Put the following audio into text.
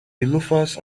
loafers